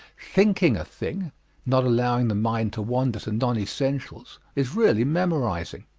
thinking a thing not allowing the mind to wander to non-essentials is really memorizing.